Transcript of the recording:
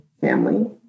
family